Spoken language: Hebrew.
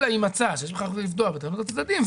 אלא אם מצאה שיש בכך כדי לפגוע בעניינם של הצדדים,